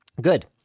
Good